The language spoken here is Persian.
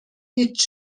هیچ